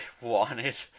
wanted